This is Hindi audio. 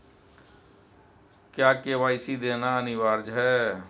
क्या के.वाई.सी देना अनिवार्य है?